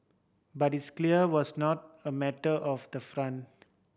but this clearly was not a matter of the front